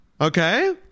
Okay